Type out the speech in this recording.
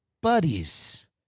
buddies